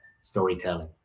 storytelling